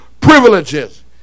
privileges